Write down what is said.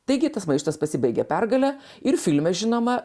taigi tas maištas pasibaigė pergale ir filme žinoma